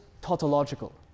tautological